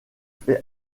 fait